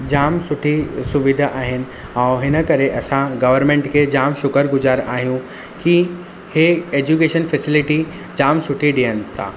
जाम सुठी सुविधा आहिनि ऐं हिन करे असां गवरमेंट खे जामु शुक्र गुज़ार आहियूं की इहे एजुकेशन फैसिलिटी जामु सुठे ॾियनि था